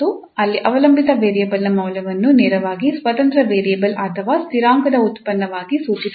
ಅಲ್ಲಿ ಅವಲಂಬಿತ ವೇರಿಯೇಬಲ್ನ ಮೌಲ್ಯವನ್ನು ನೇರವಾಗಿ ಸ್ವತಂತ್ರ ವೇರಿಯಬಲ್ ಅಥವಾ ಸ್ಥಿರಾಂಕದ ಉತ್ಪನ್ನವಾಗಿ ಸೂಚಿಸಲಾಗುತ್ತದೆ